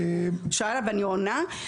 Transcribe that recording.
הוא שאל ואני עונה,